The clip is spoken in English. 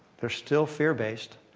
they're still fear based.